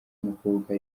w’umukobwa